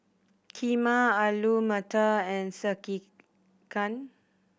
Kheema Alu Matar and Sekihan